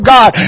God